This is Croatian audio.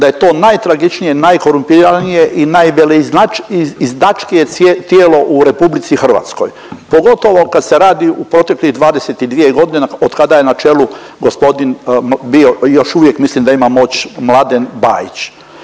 da je to najtragičnije, najkorumpiranije i najveleizdačkije tijelo u RH pogotovo kad se radi u protekle 22 godine od kada je na čelu gospodin bio i još uvijek mislim da ima moć Mladen Bajić.